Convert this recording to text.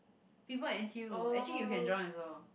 people in N_T_U actually you can join also